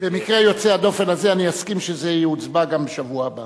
במקרה יוצא הדופן הזה אני אסכים שזה יוצבע גם בשבוע הבא.